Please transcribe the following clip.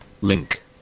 Link